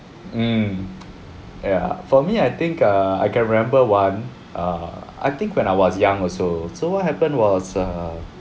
mm ya for me I think err I can remember one err I think when I was young also so what happened was err